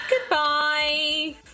Goodbye